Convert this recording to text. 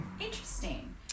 Interesting